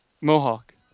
Mohawk